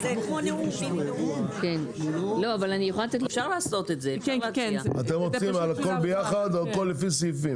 מצביעים קודם כל על סעיף קטן (א) בפסקה הראשונה.